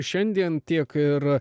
šiandien tiek ir